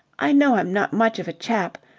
i know i'm not much of a chap,